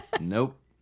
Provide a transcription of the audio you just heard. Nope